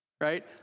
right